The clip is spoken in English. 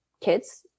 kids